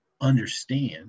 understand